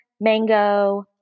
mango